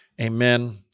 Amen